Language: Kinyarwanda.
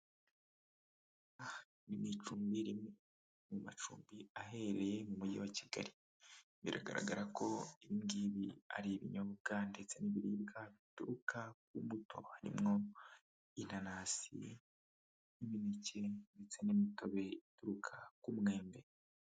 Ni icumbi rimwe mu macumbi aherereye mu mujyi wa Kigali, biragaragara ko ibi ngibi ari ibinyobwa ndetse n'ibiribwa bituruka ku mbuto, harimo inanasi, imineke ndetse n'imitobe ituruka ku mwembe.